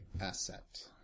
asset